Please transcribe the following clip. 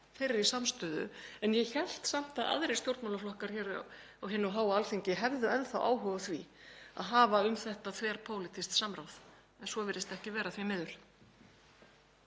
þeirri samstöðu. En ég hélt samt að aðrir stjórnmálaflokkar hér á hinu háa Alþingi hefðu enn áhuga á því að hafa um þetta þverpólitískt samráð. En svo virðist ekki vera, því miður.